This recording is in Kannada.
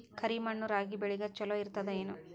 ಕರಿ ಮಣ್ಣು ರಾಗಿ ಬೇಳಿಗ ಚಲೋ ಇರ್ತದ ಏನು?